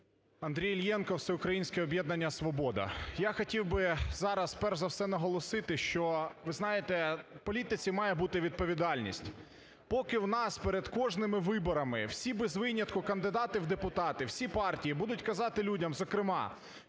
Андрій Іллєнко, Всеукраїнське об'єднання "Свобода". Я хотів би зараз перш за все наголосити, що ви знаєте, в політиці має бути відповідальність. Поки у нас перед кожними виборами всі без винятку кандидати в депутати, всі партії будуть казати людям зокрема,